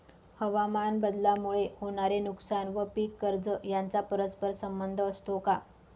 हवामानबदलामुळे होणारे नुकसान व पीक कर्ज यांचा परस्पर संबंध असतो का?